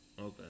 okay